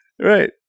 Right